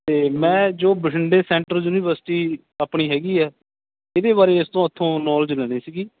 ਅਤੇ ਮੈਂ ਜੋ ਬਠਿੰਡੇ ਸੈਂਟਰ ਯੂਨੀਵਰਸਿਟੀ ਆਪਣੀ ਹੈਗੀ ਹੈ ਇਹਦੇ ਬਾਰੇ ਇਸ ਤੋਂ ਉੱਥੋਂ ਨੌਲੇਜ ਲੈਣੀ ਸੀਗੀ